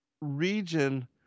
region